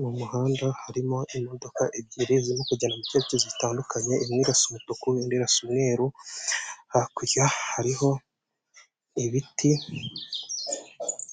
Mumuhanda harimo imodoka ebyiri zirimo kugenda mu cyerekezo gitandukanye imwe irasa umutuku indi irasa umweru hakurya hariho ibiti